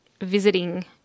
visiting